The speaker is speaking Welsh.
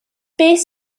beth